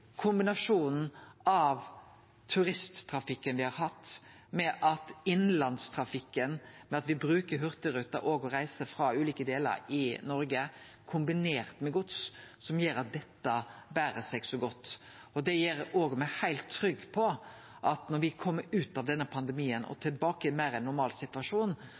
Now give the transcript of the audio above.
kombinasjonen av turisttrafikken og innlandstrafikken, det at me bruker Hurtigruten til å reise frå ulike delar av Noreg, kombinert med gods, som gjer at dette ber seg så godt. Det gjer meg heilt trygg på at når me kjem ut av denne pandemien og tilbake i ein meir normal situasjon,